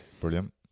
Brilliant